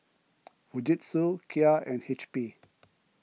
Fujitsu Kia and H P